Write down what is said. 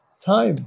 time